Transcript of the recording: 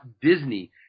Disney